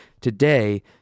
today